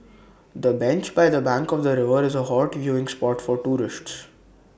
the bench by the bank of the river is A hot viewing spot for tourists